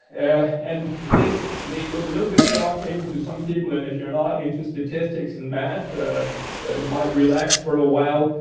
and and this may look a little bit shocking to some people, and if you're not into statistics and math, ah you might relax for a while.